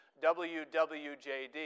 WWJD